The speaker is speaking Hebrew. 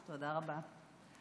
תודה רבה.